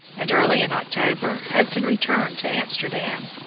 and early in october hudson returned to amsterdam.